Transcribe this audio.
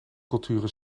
culturen